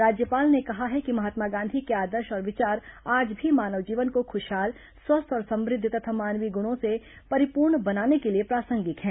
राज्यपाल ने कहा है कि महात्मा गांधी के आदर्श और विचार आज भी मानव जीवन को खुशहाल स्वस्थ और समृद्ध तथा मानवीय गुणों से परिपर्ण बनाने के लिए प्रासंगिक है